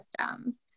systems